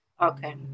Okay